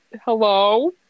hello